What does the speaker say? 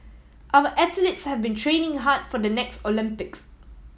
our athletes have been training hard for the next Olympics